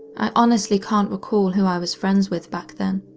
i honestly can't recall who i was friends with back then.